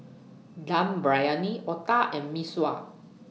Dum Briyani Otah and Mee Sua